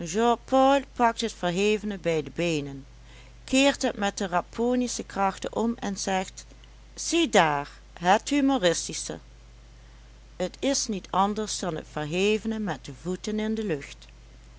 het verhevene bij de beenen keert het met rapponische krachten om en zegt ziedaar het humoristische t is niet anders dan het verhevene met de voeten in de lucht